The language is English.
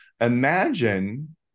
Imagine